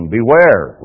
Beware